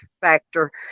factor